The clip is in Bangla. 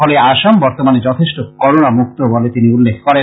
ফলে আসাম বর্তমানে যথেষ্ট করোণা মুক্ত বলে তিনি উল্লেখ করেন